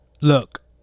Look